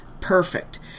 Perfect